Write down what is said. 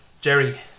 Jerry